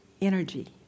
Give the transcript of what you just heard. energy